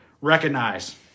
recognize